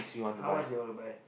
how much they want to buy